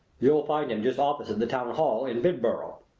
you'll find him just opposite the town hall in bildborough.